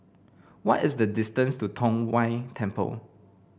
what is the distance to Tong Whye Temple